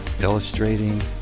illustrating